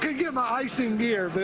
get my ice in gear, but